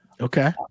Okay